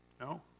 No